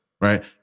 right